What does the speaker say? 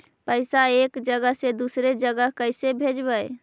पैसा एक जगह से दुसरे जगह कैसे भेजवय?